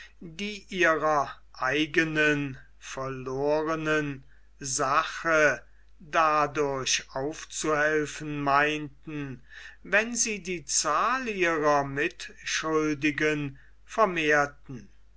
die ihrer eignen verlornen rache dadurch aufzuhelfen meinten wenn sie die zahl ihrer mitschuldigen vermehrten